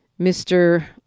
Mr